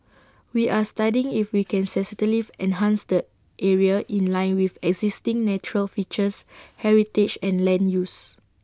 we are studying if we can enhance the area in line with existing natural features heritage and land use